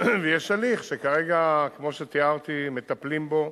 ויש הליך שכרגע, כמו שתיארתי, מטפלים בו,